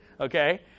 Okay